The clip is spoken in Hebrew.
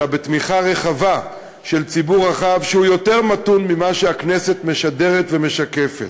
אלא בתמיכה רחבה של ציבור רחב שהוא יותר מתון ממה שהכנסת משדרת ומשקפת.